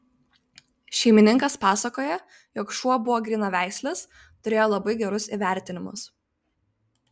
šeimininkas pasakoja jog šuo buvo grynaveislis turėjo labai gerus įvertinimus